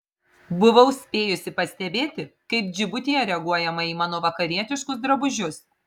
buvau spėjusi pastebėti kaip džibutyje reaguojama į mano vakarietiškus drabužius